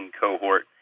cohort